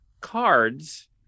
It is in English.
cards